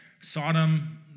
Sodom